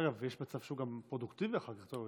אגב, יש מצב שהוא גם פרודוקטיבי אחר כך.